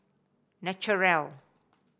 naturel